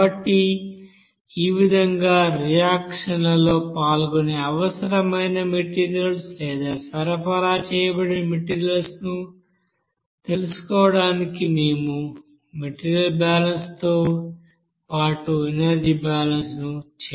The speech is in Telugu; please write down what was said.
కాబట్టి ఈ విధంగా రియాక్షన్ లలో పాల్గొనే అవసరమైన మెటీరియల్స్ లేదా సరఫరా చేయబడిన మెటీరియల్స్ ను తెలుసుకోవడానికి మేము మెటీరియల్ బాలన్స్ తో పాటు ఎనర్జీ బాలన్స్ ను చేయవచ్చు